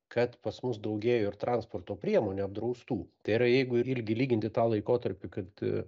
kad pas mus daugėjo ir transporto priemonę apdraustų tai yra jeigu irgi lyginti tą laikotarpį kad